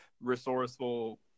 resourceful